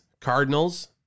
Cardinals